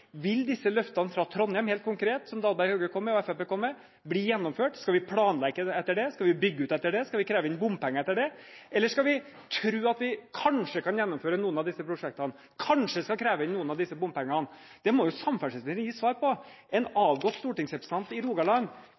Vil disse løftene fra Trondheim som Dahlberg og Hauge kom med, og Fremskrittspartiet kom med, helt konkret bli gjennomført? Skal vi planlegge etter det? Skal vi bygge ut etter det? Skal vi kreve inn bompenger etter det? Eller skal vi tro at vi kanskje kan gjennomføre noen av disse prosjektene, kanskje skal kreve inn noen av disse bompengene? Det må jo samferdselsministeren gi svar på. En avgått stortingsrepresentant i Rogaland